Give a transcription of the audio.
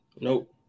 Nope